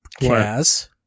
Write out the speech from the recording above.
Kaz